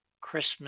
Christmas